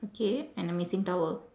okay and a missing towel